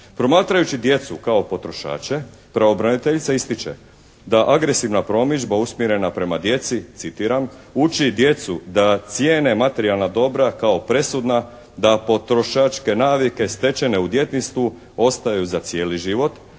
Promatrajući djecu kao potrošače pravobraniteljica ističe da "agresivna promidžba usmjerena prema djeci, citiram, uči djecu da cijene materijalna dobra kao presudna, da potrošačke navike stečene u djetinjstvu ostaju za cijeli život.